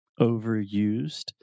overused